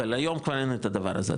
אבל היום כבר אין הדבר הזה,